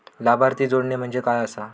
लाभार्थी जोडणे म्हणजे काय आसा?